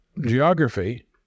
geography